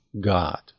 God